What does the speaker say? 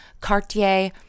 Cartier